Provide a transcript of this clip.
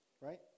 Right